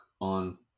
on